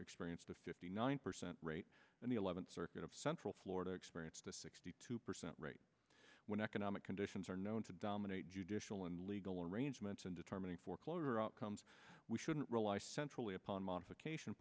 experienced a fifty nine percent rate and the eleventh circuit of central florida experienced a sixty two percent rate when economic conditions are known to dominate judicial and legal arrangements in determining foreclosure outcomes we shouldn't rely centrally upon modification